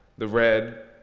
the red,